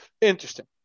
interesting